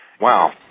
Wow